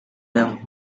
them